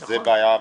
שזו בעיה מהותית,